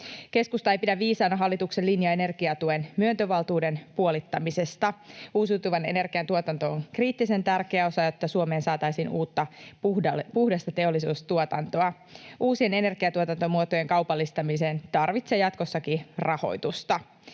Keskusta ei pidä viisaana hallituksen linjaa energiatuen myöntövaltuuden puolittamisesta. Uusiutuvan energian tuotanto on kriittisen tärkeä osa, jotta Suomeen saataisiin uutta puhdasta teollisuustuotantoa. Uusien energiantuotantomuotojen kaupallistaminen tarvitsee jatkossakin rahoitusta.